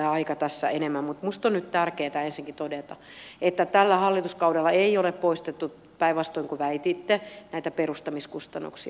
mutta minusta on nyt tärkeää ensinnäkin todeta että tällä hallituskaudella ei ole poistettu päinvastoin kuin väititte näitä perustamiskustannuksia